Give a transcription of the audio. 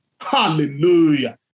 Hallelujah